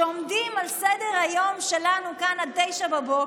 שעומדות על סדר-היום שלנו כאן עד 09:00,